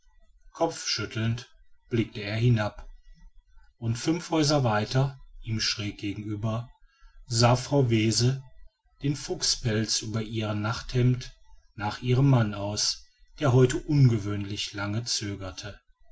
kopfschüttelnd blickte er hinab und fünf häuser weiter ihm schräg gegenüber sah frau wese den fuchspelz über ihrem nachthemd nach ihrem manne aus der heute ungewöhnlich lange zögerte